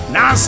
Now